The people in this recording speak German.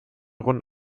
rund